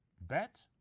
bet